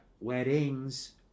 weddings